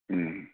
ہوں